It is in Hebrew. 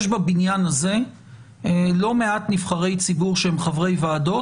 יש בבניין הזה לא מעט נבחרי ציבור שהם חברי ועדות